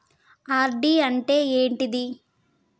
RD అంటే ఏంటిది?